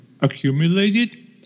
accumulated